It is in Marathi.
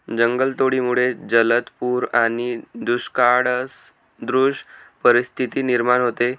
जंगलतोडीमुळे जलद पूर आणि दुष्काळसदृश परिस्थिती निर्माण होते